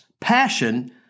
passion